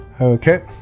Okay